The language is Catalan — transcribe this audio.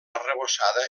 arrebossada